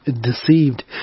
deceived